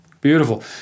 beautiful